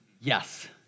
Yes